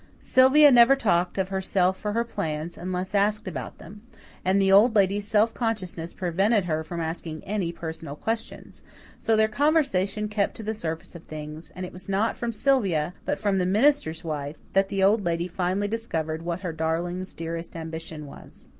sylvia never talked of herself or her plans, unless asked about them and the old lady's self-consciousness prevented her from asking any personal questions so their conversation kept to the surface of things, and it was not from sylvia, but from the minister's wife that the old lady finally discovered what her darling's dearest ambition was.